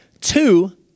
two